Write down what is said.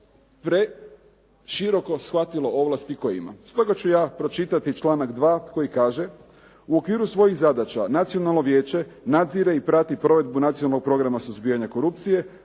široko shvatilo ovlasti koje ima. Stoga ću ja pročitati članak 2. koji kaže: